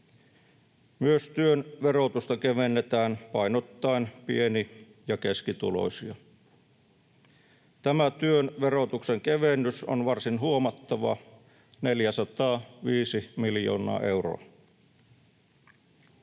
Myös työn verotusta kevennetään painottaen pieni- ja keskituloisia. Tämä työn verotuksen kevennys on varsin huomattava, 405 miljoonaa euroa.